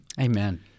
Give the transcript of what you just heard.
Amen